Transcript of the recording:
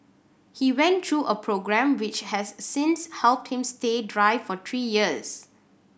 he went through a programme which has since helped him stay dry for three years